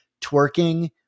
twerking